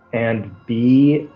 and b,